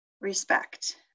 respect